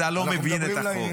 אתה לא מבין את החוק.